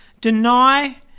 deny